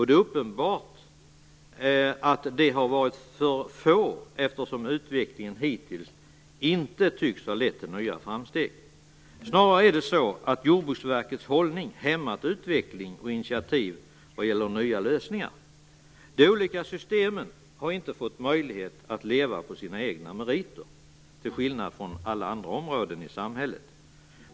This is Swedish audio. Det är uppenbart att det har varit för få, eftersom utvecklingen hittills inte tycks ha lett till några framsteg. Snarare är det så att Jordbruksverkets hållning har hämmat utveckling och initiativ vad gäller nya lösningar. De olika systemen har inte fått möjlighet att leva på sina egna meriter, till skillnad från alla andra områden i samhället.